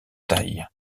tailles